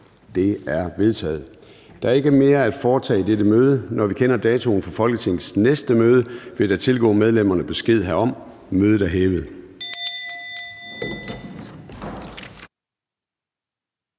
(Søren Gade): Der er ikke mere at foretage i dette møde. Når vi kender datoen for Folketingets næste møde, vil der tilgå medlemmerne besked herom. Mødet er hævet.